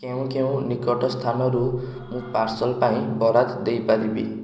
କେଉଁ କେଉଁ ନିକଟ ସ୍ଥାନରୁ ମୁଁ ପାର୍ସଲ୍ ପାଇଁ ବରାଦ ଦେଇପାରିବି